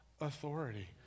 authority